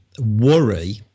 worry